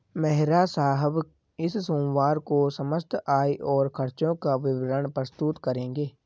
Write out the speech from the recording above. मेहरा साहब इस सोमवार को समस्त आय और खर्चों का विवरण प्रस्तुत करेंगे